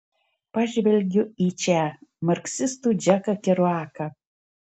pažvelgiu į če marksistų džeką keruaką